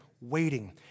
waiting